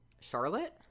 charlotte